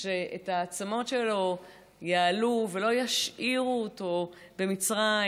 שאת העצמות שלו יעלו ולא ישאירו אותו במצרים,